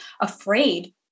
afraid